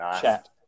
chat